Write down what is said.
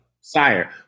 sire